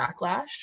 backlash